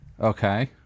Okay